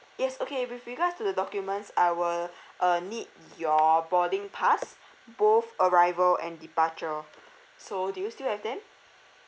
yes okay with regards to the documents I will uh need your boarding pass both arrival and departure so do you still have them